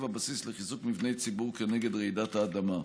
הבסיס לחיזוק מבני ציבור כנגד רעידות אדמה.